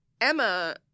Emma